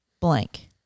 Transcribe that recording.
blank